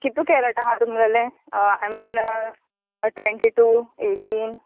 कितू केरट आहा तुमगेले I mean twenty two eighteen